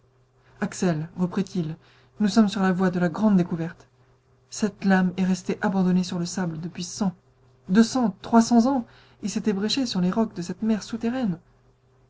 axel reprit-il nous sommes sur la voie de la grande découverte cette lame est restée abandonnée sur le sable depuis cent deux cents trois cents ans et s'est ébréchée sur les rocs de cette mer souterraine